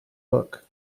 book